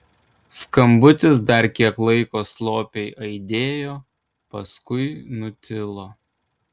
skambutis dar kiek laiko slopiai aidėjo paskui nutilo